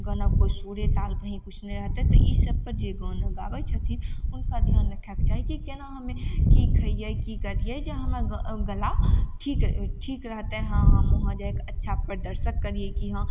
गानाके कोइ सुरे ताल कहीं किछु नहि रहतय तऽ ईसब पर जे गाना गाबय छथिन हुनका ध्यान रखयके चाही कि केना हमे की खइए की करियै जे हमर ग गला ठीक ठीक रहतइ हँ हम वहाँ जाके अच्छा प्रदर्शन करियै कि हँ